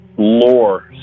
lore